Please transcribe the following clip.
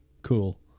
Cool